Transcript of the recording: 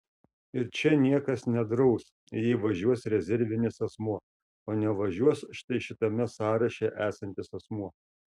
ir čia niekas nedraus jei važiuos rezervinis asmuo o nevažiuos štai šitame sąraše esantis asmuo